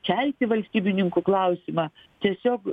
kelti valstybininkų klausimą tiesiog